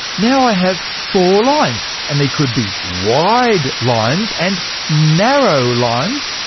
now i have four lines and they could be wide lines and narrow lines,